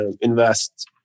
invest